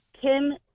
Kim